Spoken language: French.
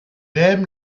aime